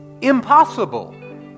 impossible